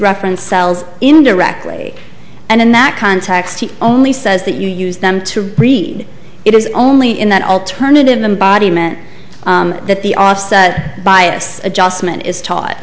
reference cells indirectly and in that context he only says that you use them to read it is only in that alternative embodiment that the offset bias adjustment is taught